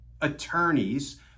attorneys